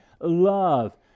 love